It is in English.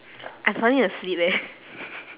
I falling asleep eh